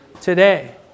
today